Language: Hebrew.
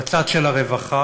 בצד של הרווחה